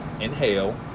inhale